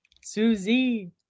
Susie